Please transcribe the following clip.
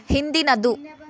ಹಿಂದಿನದು